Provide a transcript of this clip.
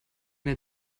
eine